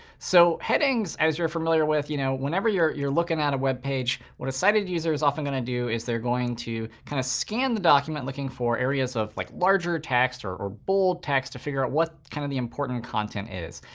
so headings, as you're familiar with you know whenever you're you're looking at a web page, what a sited user is often going to do is they're going to kind of scan the document, looking for areas of like larger text or or bold text to figure out what kind of the important content is.